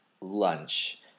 lunch